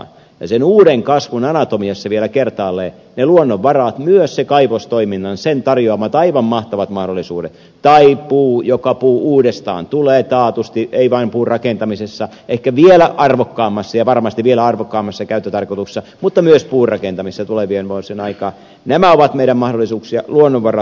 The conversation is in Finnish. ja sen uuden kasvun anatomiassa vielä kertaalleen ne luonnonvarat myös sen kaivostoiminnan tarjoamat aivan mahtavat mahdollisuudet tai puun joka uudestaan tulee taatusti ei vain puurakentamisessa vaan ehkä vielä arvokkaammassa ja varmasti vielä arvokkaammassa käyttötarkoituksessa mutta myös puurakentamisessa tulevien vuosien aikaan nämä ovat meidän mahdollisuuksiamme luonnonvarat